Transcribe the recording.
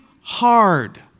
hard